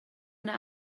yna